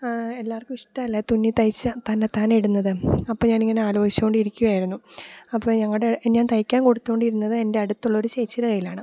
എല്ലാവർക്കും ഇഷ്ടമല്ലേ തുന്നി തയ്ച്ച തന്നെത്താനെ ഇടുന്നത് അപ്പോൾ ഞാനിങ്ങനെ ആലോചിച്ചുകൊണ്ടിരിക്കുകയായിരുന്നു അപ്പോൾ ഞങ്ങളുടെ ഞാൻ തയ്ക്കാൻ കൊടുത്തുകൊണ്ടിരുന്നത് എൻ്റെ അടുത്തുള്ളൊരു ചേച്ചിയുടെ കയ്യിലാണ്